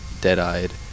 dead-eyed